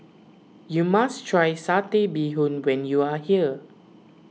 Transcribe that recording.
you must try Satay Bee Hoon when you are here